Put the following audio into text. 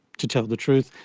to tell the truth.